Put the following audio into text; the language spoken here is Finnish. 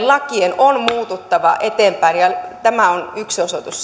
lakien on muututtava eteenpäin tämä on yksi osoitus